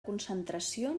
concentració